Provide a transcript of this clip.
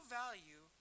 value